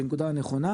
שהיא נקודה נכונה,